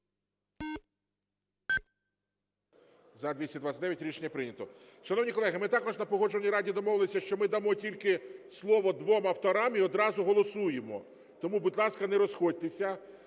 За-229 Рішення прийнято. Шановні колеги, ми також на Погоджувальній раді домовилися, що ми дамо тільки слово двом авторам і одразу голосуємо. Тому, будь ласка, не розходьтеся.